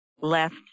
left